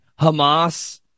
Hamas